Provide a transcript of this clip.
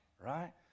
right